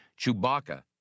Chewbacca